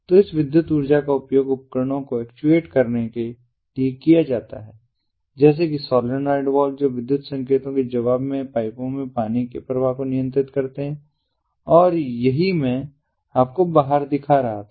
तो इस विद्युत ऊर्जा का उपयोग उपकरणों को एक्चुएट करने के लिए किया जाता है जैसे कि सोलेनॉयड वाल्व जो विद्युत संकेतों के जवाब में पाइपों में पानी के प्रवाह को नियंत्रित करते हैं और यही मैं आपको बाहर दिखा रहा था